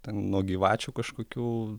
ten nuo gyvačių kažkokių